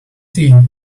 tea